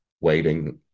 waiting